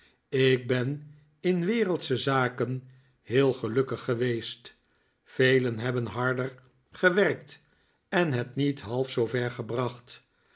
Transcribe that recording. ik ben in wereldsche zaken heel gelukkig geweest velen hebben harder gewerkt en het niet half zoover gebracht